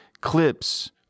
clips